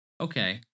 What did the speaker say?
Okay